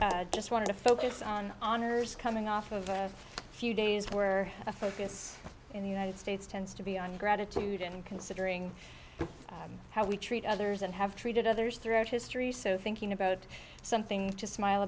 report just want to focus on honors coming off of a few days where the focus in the united states tends to be on gratitude and considering how we treat others and have treated others throughout history so thinking about something to smile